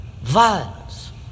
violence